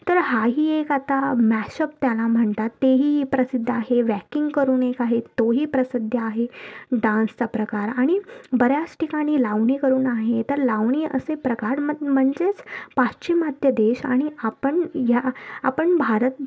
तर हाही एक आता मॅशप त्याला म्हणतात तेही प्रसिद्ध आहे वॅकींग करून एक आहे तोही प्रसिद्ध आहे डान्सचा प्रकार आणि बऱ्याच ठिकाणी लावणी करून आहे तर लावणी असे प्रकार म म्हणजेच पाश्चिमात्य देश आणि आपण या आपण भारत